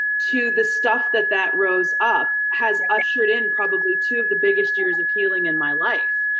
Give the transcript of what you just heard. to the stuff that that rose up has ushered in probably two of the biggest years of healing in my life.